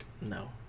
No